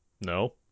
No